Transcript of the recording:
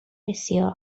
بسیار